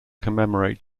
commemorate